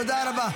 תודה רבה.